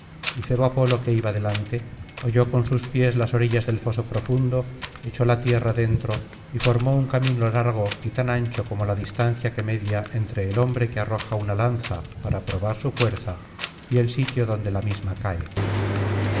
y febo apolo que iba delante holló con sus pies las orillas del foso profundo echó la tierra dentro y formó un camino largo y tan ancho como la distancia que media entre el hombre que arroja una lanza para probar su fuerza y el sitio donde la misma cae